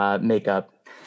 makeup